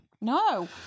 No